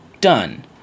done